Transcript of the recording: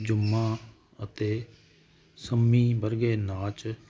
ਜੂਮਾਂ ਅਤੇ ਸੰਮੀ ਵਰਗੇ ਨਾਚ